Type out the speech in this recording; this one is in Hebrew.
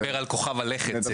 הוא דיבר על כוכב הלכת צדק.